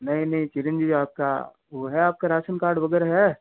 नहीं नहीं चिरंजीवी आपका वो हैआपका राशन कार्ड वगैरह है